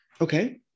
Okay